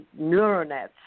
neuronets